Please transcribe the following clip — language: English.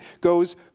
goes